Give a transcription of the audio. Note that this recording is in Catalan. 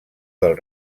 del